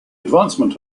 advancement